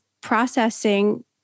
processing